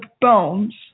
bones